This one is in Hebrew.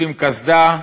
לובשים קסדה.